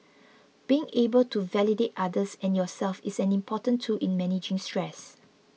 being able to validate others and yourself is an important tool in managing stress